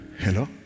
Hello